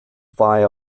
fly